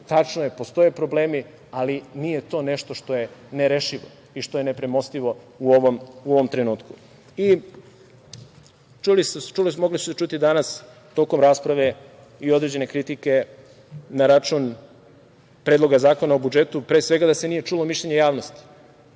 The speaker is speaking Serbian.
Tačno je, postoje problemi, ali nije to nešto što je nerešivo i što je nepremostivo u ovom trenutku. Mogli su se čuti danas tokom rasprave i određene kritike na račun Predloga zakona o budžetu, pre svega, da se nije čulo mišljenje javnosti.